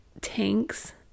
tanks